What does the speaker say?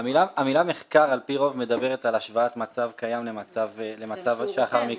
--- המילה "מחקר" על פי רוב מדברת על השוואת מצב קיים למצב שלאחר מכן.